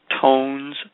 Tones